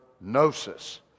gnosis